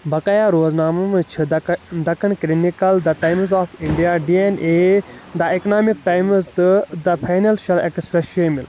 باقٕٮ۪ن روزنامن منٛز چھِ Deccan Chronicle, the Times of India, DNA این اے ، دی اکنامک ٹایمز ، تہٕ دی فنانشل ایکسپریس شٲمِل